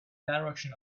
direction